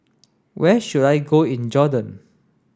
where should I go in Jordan